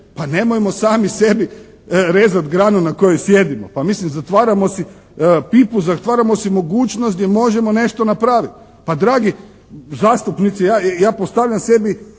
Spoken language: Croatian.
pa nemojmo sami sebi rezati granu na kojoj sjedimo. Pa mislim, zatvaramo si pipu, zatvaramo si mogućnost gdje možemo nešto napraviti. Pa dragi zastupnici, ja postavljam sebi